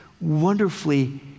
wonderfully